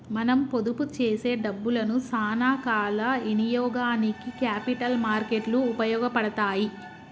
మనం పొదుపు చేసే డబ్బులను సానా కాల ఇనియోగానికి క్యాపిటల్ మార్కెట్ లు ఉపయోగపడతాయి